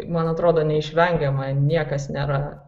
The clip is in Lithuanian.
man atrodo neišvengiama niekas nėra